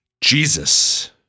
Jesus